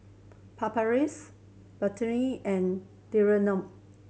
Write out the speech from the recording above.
Papulex Betadine and